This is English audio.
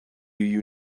you